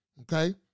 okay